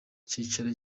ikiciro